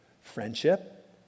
friendship